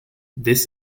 this